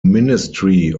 ministry